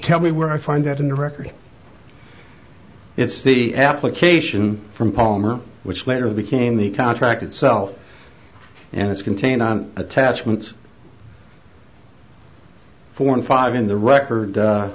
tell me where i find that in the record it's the application from palmer which later became the contract itself and it's contained on attachments forty five in the record